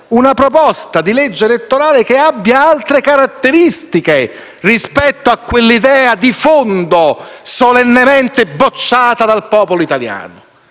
una proposta di legge che abbia altre caratteristiche rispetto all'idea di fondo solennemente bocciata dal popolo italiano.